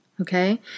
okay